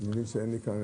אני מבין שאין לי כאן